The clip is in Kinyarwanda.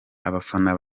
abafana